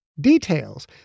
Details